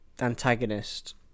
antagonist